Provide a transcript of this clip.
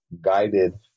guided